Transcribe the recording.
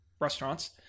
restaurants